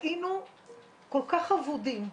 היינו כל כך אבודים,